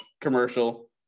commercial